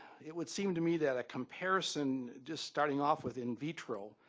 it would seem to me that a comparison, just starting off with in vitro,